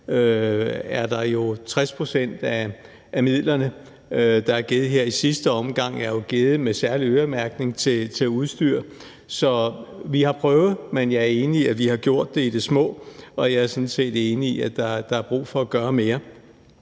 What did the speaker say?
mindre er 60 pct. af de midler, der er givet her i sidste omgang, jo givet med særlig øremærkning til udstyr. Så vi har prøvet, men jeg er enig i, at vi har gjort det i det små, og jeg er sådan set enig i, at der er brug for at gøre mere.